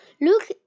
Look